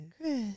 Chris